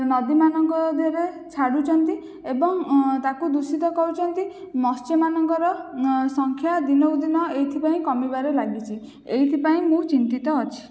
ନଦୀମାନଙ୍କ ଦେହରେ ଛାଡ଼ୁଛନ୍ତି ଏବଂ ତାକୁ ଦୂଷିତ କରୁଛନ୍ତି ମତ୍ସ୍ୟମାନଙ୍କର ସଂଖ୍ୟା ଦିନକୁ ଦିନ ଏଥିପାଇଁ କମିବାରେ ଲାଗିଛି ଏଥିପାଇଁ ମୁଁ ଚିନ୍ତିତ ଅଛି